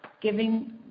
giving